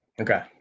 okay